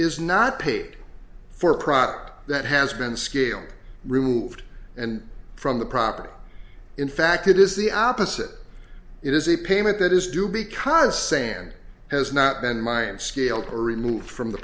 is not paid for a product that has been scaled removed and from the property in fact it is the opposite it is a payment that is due because sand has not been mined scale or removed from the